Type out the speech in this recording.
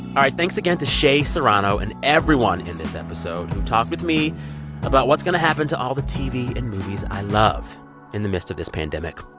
thanks again to shea serrano and everyone in this episode who talked with me about what's going to happen to all the tv and movies i love in the midst of this pandemic.